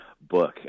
book